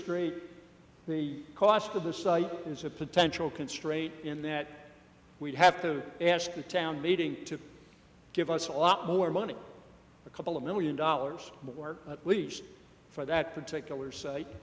straight the cost of the site is a potential constraint in that we'd have to ask a town meeting to give us a lot more money a couple of million dollars more at least for that particular site